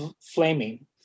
Flaming